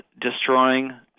destroying